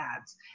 ads